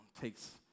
takes